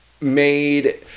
made